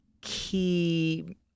key